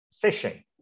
fishing